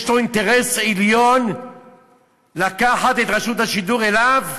יש אינטרס עליון לקחת את רשות השידור אליו?